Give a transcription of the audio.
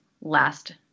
last